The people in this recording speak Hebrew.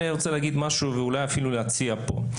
אני רוצה להגיד משהו, ואולי אפילו להציע פה.